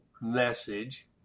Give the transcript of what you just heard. message